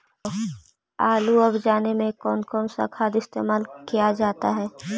आलू अब जाने में कौन कौन सा खाद इस्तेमाल क्या जाता है?